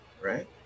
right